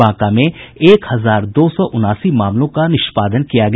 बांका में एक हजार दो सौ उनासी मामलों का निष्पादन किया गया